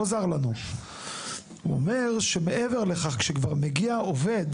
מעבר לכך, הוא אומר שכשמגיע עובד